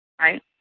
Right